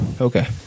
okay